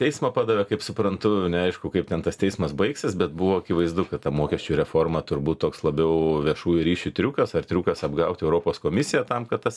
teismą padavė kaip suprantu neaišku kaip ten tas teismas baigsis bet buvo akivaizdu kad ta mokesčių reforma turbūt toks labiau viešųjų ryšių triukas ar triukas apgauti europos komisiją tam kad tas